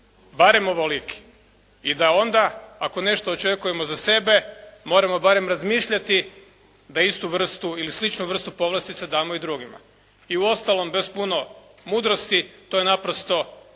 barem ovoliki i da onda ako nešto očekujemo za sebe moramo barem razmišljati da istu vrstu ili sličnu vrstu povlastica damo i drugima. I uostalom, bez puno mudrosti to je naprosto